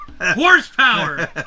horsepower